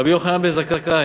רבי יוחנן בן זכאי,